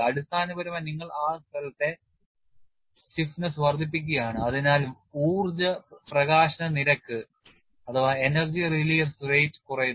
അടിസ്ഥാനപരമായി നിങ്ങൾ ആ സ്ഥലത്തെ കാഠിന്യം വർദ്ധിപ്പിക്കുകയാണ് അതിനാൽ ഊർജ്ജ പ്രകാശന നിരക്ക് കുറയുന്നു